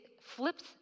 flips